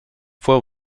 fue